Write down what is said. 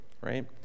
right